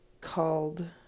called